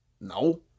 No